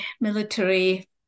military